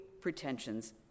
pretensions